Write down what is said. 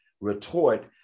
retort